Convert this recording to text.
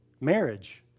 Marriage